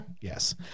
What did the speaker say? Yes